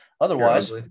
Otherwise